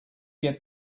get